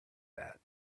that